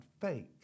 fake